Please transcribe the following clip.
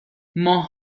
ماه